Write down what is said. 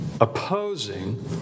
opposing